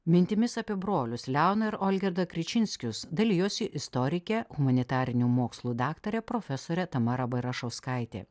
mintimis apie brolius leoną ir olgirdą krečinskius dalijosi istorikė humanitarinių mokslų daktarė profesorė tamara bairašauskaitė